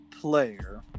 player